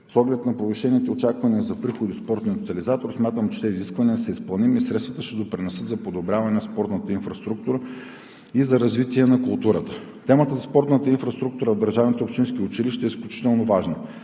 С оглед на повишените очаквания за приходи в спортния тотализатор, смятам, че тези изисквания са изпълними и средствата ще допринесат за подобряване на спортната инфраструктура и за развитие на културата. Темата за спортната инфраструктура в държавните и общинските училища е изключително важна.